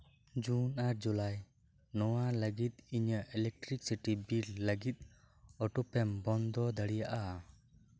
ᱡᱩᱱ ᱟᱨ ᱡᱩᱞᱟᱭ ᱱᱚᱣᱟ ᱞᱟᱹᱜᱤᱫ ᱤᱧᱟᱹᱜ ᱤᱞᱮᱠᱴᱤᱨᱤᱠᱥᱤᱴᱤ ᱵᱤᱞ ᱞᱟᱹᱜᱤᱫ ᱚᱴᱳ ᱯᱮᱢ ᱵᱚᱱᱫᱚ ᱫᱟᱲᱮᱭᱟᱜᱼᱟ